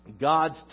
God's